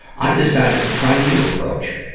i decided to try a new approach.